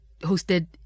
hosted